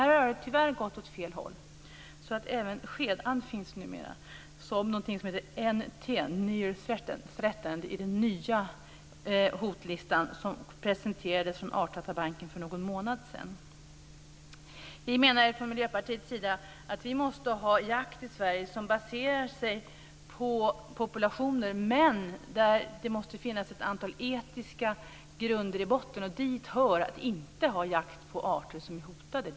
Här har det tyvärr gått åt fel håll så att även skedand numera finns med som någonting som kallas NT, near treatened, i den nya hotlistan som presenterades från Artdatabanken för någon månad sedan. Men det måste finnas ett antal etiska grunder i botten, och dit hör att inte ha jakt på arter som är hotade.